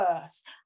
first